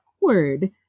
awkward